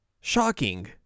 Shocking